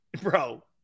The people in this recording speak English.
bro